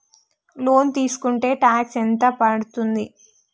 Loan తీస్కుంటే tax ఎంత పడ్తుంది?